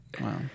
Wow